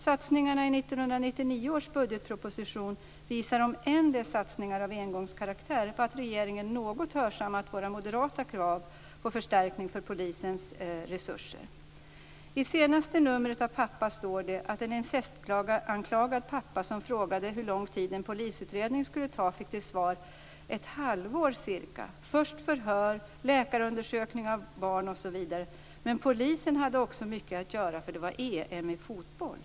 Satsningarna i 1999 års budgetproposition visar när det gäller en del satsningar av engångskaraktär på att regeringen något hörsammat våra moderata krav på förstärkning av polisens resurser. I senaste numret av Pappa står det att en incestanklagad pappa som frågade hur lång tid en polisutredning skulle ta fick till svar: Cirka ett halvår. Först skulle det ske förhör, sedan läkarundersökning av barn osv. Men polisen hade mycket att göra därför att det var EM fotboll.